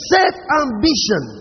Self-ambition